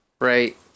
Right